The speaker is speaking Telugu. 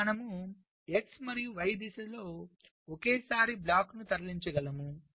ఇప్పుడు మనము x మరియు y దిశలలో ఒకేసారి బ్లాక్లను తరలించగలము